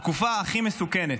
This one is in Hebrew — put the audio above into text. התקופה הכי מסוכנת,